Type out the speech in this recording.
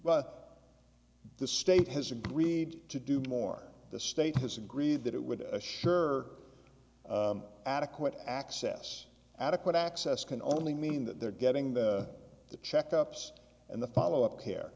but the state has agreed to do more the state has agreed that it would assure adequate access adequate access can only mean that they're getting that the checkups and the follow up